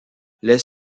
les